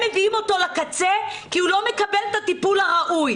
מביאים אותו לקצה כי הוא לא מקבל את הטיפול הראוי.